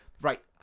Right